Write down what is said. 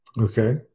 Okay